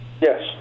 Yes